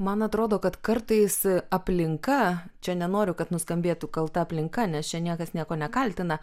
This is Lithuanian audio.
man atrodo kad kartais aplinka čia nenoriu kad nuskambėtų kalta aplinka nes čia niekas nieko nekaltina